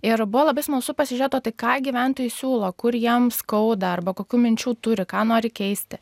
ir buvo labai smalsu pasižėt o tai ką gyventojai siūlo kur jiems skauda arba kokių minčių turi ką nori keisti